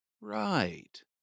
Right